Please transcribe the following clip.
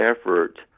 effort